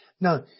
Now